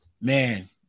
man